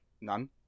None